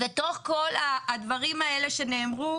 תוך כל הדברים האלה שנאמרו,